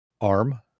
arm